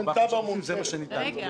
זה מה שניתן לו.